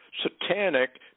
satanic